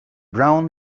brown